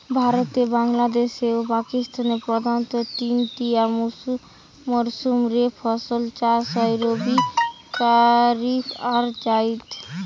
ভারতে, বাংলাদেশে ও পাকিস্তানে প্রধানতঃ তিনটিয়া মরসুম রে ফসল চাষ হয় রবি, কারিফ আর জাইদ